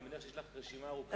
אני מניח שיש לך רשימה ארוכה.